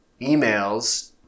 emails